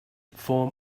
form